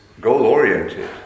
Goal-oriented